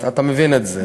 אתה מבין את זה.